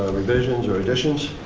revisions or additions?